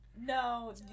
No